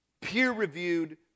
peer-reviewed